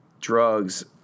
Drugs